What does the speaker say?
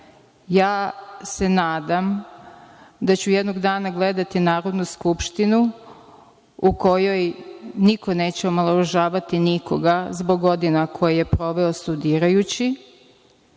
ja se nadam da ću jednog dana gledati Narodnu skupštinu u kojoj niko neće omalovažavati nikoga zbog godina koje je proveo studirajući.